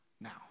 Now